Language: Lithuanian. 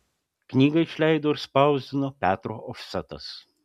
knygą išleido ir spausdino petro ofsetas